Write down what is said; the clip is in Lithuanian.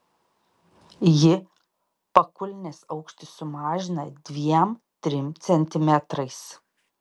ji pakulnės aukštį sumažina dviem trim centimetrais